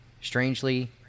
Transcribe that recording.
Strangely